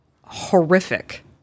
horrific